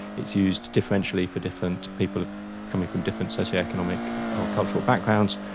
it's used differentially for different people coming from different socio-economic or cultural backgrounds,